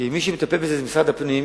כי מי שמטפל בזה זה משרד הפנים,